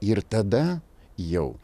ir tada jau